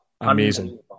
amazing